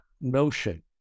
notion